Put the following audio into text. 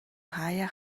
хааяа